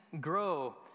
grow